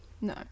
No